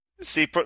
See